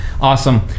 awesome